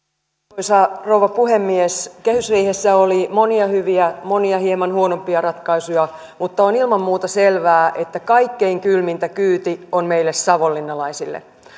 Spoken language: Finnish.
arvoisa rouva puhemies kehysriihessä oli monia hyviä monia hieman huonompia ratkaisuja mutta on ilman muuta selvää että kaikkein kylmintä kyyti on meille savonlinnalaisille